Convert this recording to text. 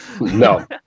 no